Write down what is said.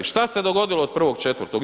Šta se dogodilo od 1.4.